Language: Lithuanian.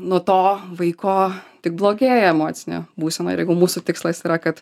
nuo to vaiko tik blogėja emocinė būsena ir jeigu mūsų tikslas yra kad